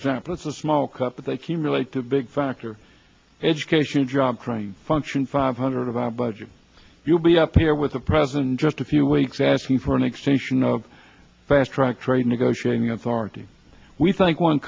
example it's a small cut but they can relate to big factor education job training function five hundred of our budget will be up here with the president just a few weeks asking for an extension of fast track trade negotiating authority we think one